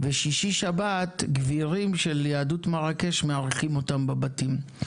ושישי-שבת גבירים של יהדות מרקש מארחים אותם בבתים.